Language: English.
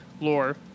lore